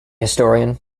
historian